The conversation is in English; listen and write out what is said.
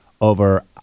over